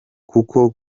kuko